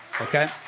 Okay